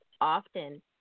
often